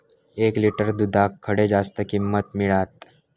एक लिटर दूधाक खडे जास्त किंमत मिळात?